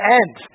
end